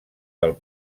del